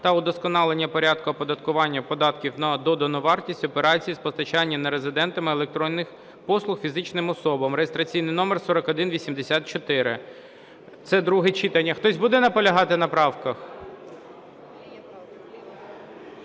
та удосконалення порядку оподаткування податком на додану вартість операцій з постачання нерезидентами електронних послуг фізичним особам (реєстраційний номер 4184). Це друге читання. Хтось буде наполягати на правках?